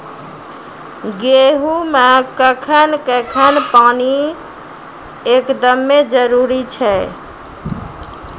गेहूँ मे कखेन कखेन पानी एकदमें जरुरी छैय?